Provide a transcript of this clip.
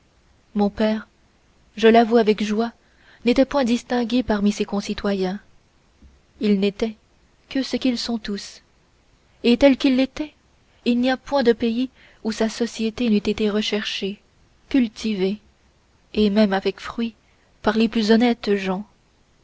mon père je l'avoue avec joie n'était point distingué parmi ses concitoyens il n'était que ce qu'ils sont tous et tel qu'il était il n'y a point de pays où sa société n'eût été recherchée cultivée et même avec fruit par les plus honnêtes gens